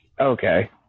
Okay